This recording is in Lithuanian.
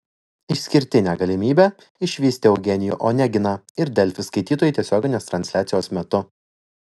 išskirtinę galimybę išvysti eugenijų oneginą ir delfi skaitytojai tiesioginės transliacijos metu